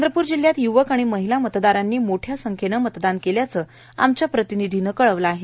चंद्रपूर जिल्ह्यात यूवक आणि महिला मतदारांनी मोठ्या संख्येनं मतदान केल्याचं आमच्या प्रतिनिधीने कळवलं आहे